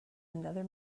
another